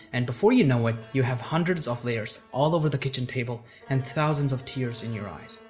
and before you know it you have hundreds of layers all over the kitchen table and thousands of tears in your eyes,